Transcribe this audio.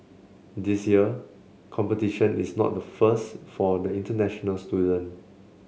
this year competition is not the first for the international student